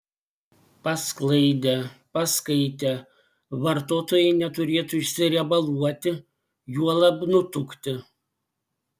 pasklaidę paskaitę vartotojai neturėtų išsiriebaluoti juolab nutukti